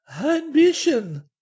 Ambition